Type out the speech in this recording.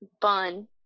bun